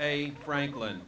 a franklin